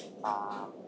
ah